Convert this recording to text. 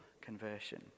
conversion